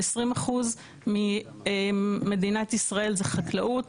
20% ממדינת ישראל זה חקלאות,